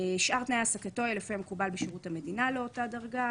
שאר תנאי העסקתו יהיו לפי המקובל בשירות המדינה לאותה דרגה,